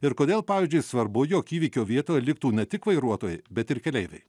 ir kodėl pavyzdžiui svarbu jog įvykio vietoje liktų ne tik vairuotojai bet ir keleiviai